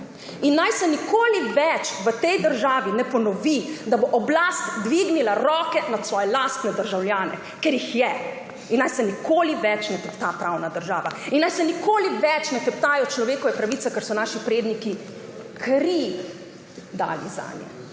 Naj se nikoli več v tej državi ne ponovi, da bo oblast dvignila roke nad svoje lastne državljane – ker jih je. In naj se nikoli več ne tepta pravna država in naj se nikoli več ne teptajo človekove pravice, ker so naši predniki kri dali zanjo.